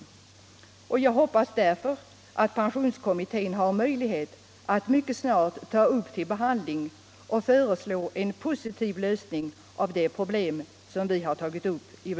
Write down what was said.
De problem som vi har tagit upp i vår motion hoppas jag därför att pensionskommittén har möjligheter att mycket snart ta upp till behandling och föreslå en lösning av.